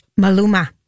Maluma